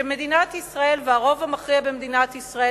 מדינת ישראל והרוב המכריע במדינת ישראל